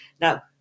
Now